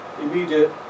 immediate